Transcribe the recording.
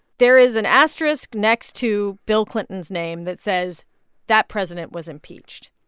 there is an asterisk next to bill clinton's name that says that president was impeached.